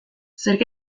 zerk